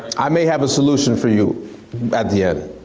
i may have a solution for you at the end,